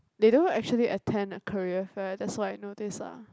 they don't actually attend a career fair that's what I noticed lah